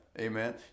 Amen